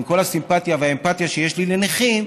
עם כל הסימפתיה והאמפתיה שיש לי לנכים,